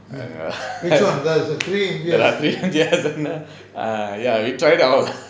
err three years we tried out